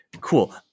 Cool